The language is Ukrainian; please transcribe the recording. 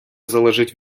залежить